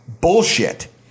Bullshit